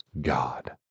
God